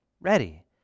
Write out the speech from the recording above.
ready